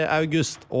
august